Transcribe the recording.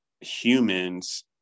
humans